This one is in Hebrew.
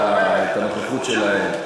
לא מכיר אותה,